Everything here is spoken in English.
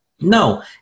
No